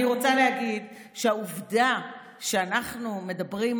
אני רוצה להגיד שהעובדה שאנחנו מדברים,